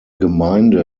gemeinde